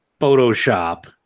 Photoshop